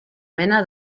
mena